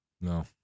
No